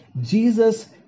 Jesus